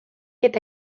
eta